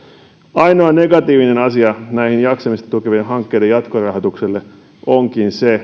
ainoa negatiivinen asia näiden jaksamista tukevien hankkeiden jatkorahoitukselle onkin se